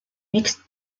mixtes